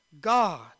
God